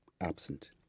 Absent